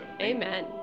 Amen